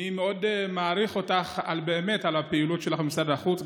אני באמת מאוד מעריך אותך על הפעילות שלך במשרד החוץ,